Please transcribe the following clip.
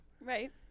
Right